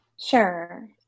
Sure